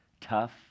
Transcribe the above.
tough